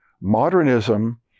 modernism